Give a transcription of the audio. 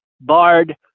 Bard